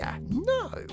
No